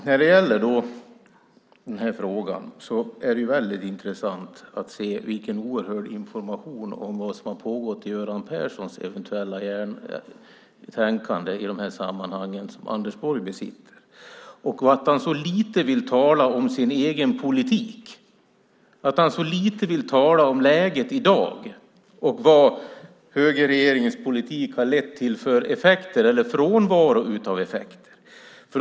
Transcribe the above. När det gäller den här frågan är det väldigt intressant att se vilken oerhörd information om vad som eventuellt har pågått i Göran Perssons tänkande i de här sammanhangen som Anders Borg besitter, att han så lite vill tala om sin egen politik, att han så lite vill tala om läget i dag och vilka effekter, eller frånvaro av effekter, högerregeringens politik har lett till.